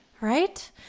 right